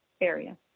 area